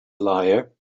liar